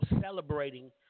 celebrating